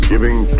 giving